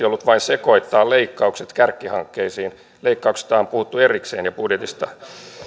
ollut vain sekoittaa leikkaukset kärkihankkeisiin leikkauksista on puhuttu erikseen ja budjetista